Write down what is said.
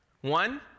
One